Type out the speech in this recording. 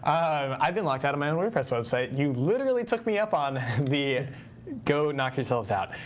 i've been locked out of my own wordpress website. you literally took me up on the go knock yourselves out.